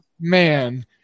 man